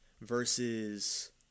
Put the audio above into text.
versus